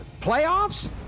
playoffs